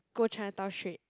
go Chinatown straight